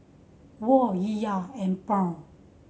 Won Riyal and Pound